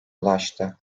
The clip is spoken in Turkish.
ulaştı